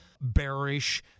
bearish